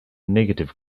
negative